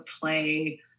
play